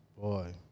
Boy